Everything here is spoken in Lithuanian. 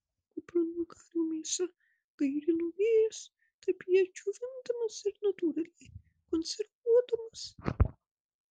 kupranugario mėsą gairino vėjas taip ją džiovindamas ir natūraliai konservuodamas